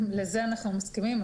לזה אנחנו מסכימים,